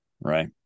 Right